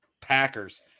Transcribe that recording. Packers